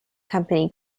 company